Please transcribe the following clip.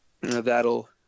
That'll